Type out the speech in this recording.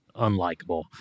unlikable